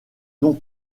don